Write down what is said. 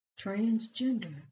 transgender